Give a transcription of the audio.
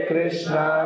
Krishna